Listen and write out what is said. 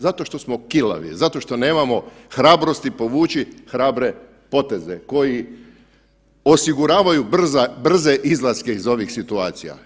Zato što smo kilavi, zato što nemamo hrabrosti povući hrabre poteze koji osiguravaju brze izlaske iz ovih situacija.